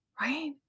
Right